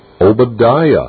obadiah